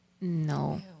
No